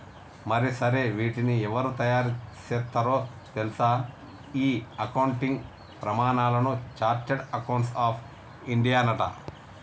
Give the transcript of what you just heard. మరి సరే వీటిని ఎవరు తయారు సేత్తారో తెల్సా ఈ అకౌంటింగ్ ప్రమానాలను చార్టెడ్ అకౌంట్స్ ఆఫ్ ఇండియానట